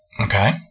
Okay